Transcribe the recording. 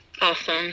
Awesome